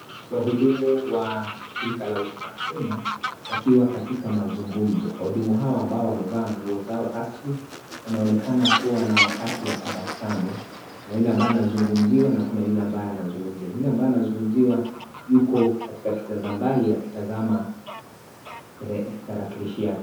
Wahudumu wa shirika la Huduma Kenya wakiwa katika mazungumzo wahudumu hawa ambao wamevaa nguo zao rasmi wanaonekana kuwa na wakati wa tabasamu na yule ambaye anazungumziwa na kuna yule ambaye anazungumza yule ambao anazungumziwa yuko katika kitanzambali akitazama tarakilishi yake.